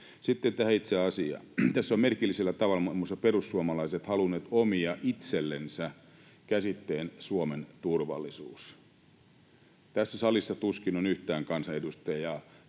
Sitten tähän itse asiaan. Tässä ovat merkillisellä tavalla muun muassa perussuomalaiset halunneet omia itsellensä käsitteen ”Suomen turvallisuus”. Tässä salissa tuskin on yhtään kansanedustajaa,